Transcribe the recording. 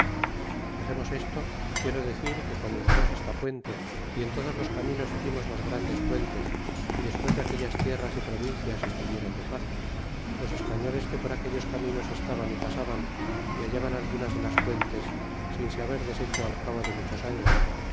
dexemos desto y quiero decir que como hicimos esta puente y en todos los caminos hicimos las grandes puentes y despues que aquellas tierras y provincias estuvieron de paz los españoles que por aquellos caminos estaban y pasaban y hallaban algunas de las puentes sin se haber deshecho alcabo de muchos años